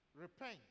repent